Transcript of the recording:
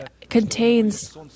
contains